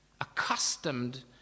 accustomed